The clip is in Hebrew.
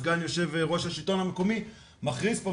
סגן יושב ראש השלטון המקומי מחריף פה.